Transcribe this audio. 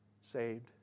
saved